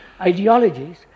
ideologies